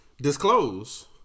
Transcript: disclose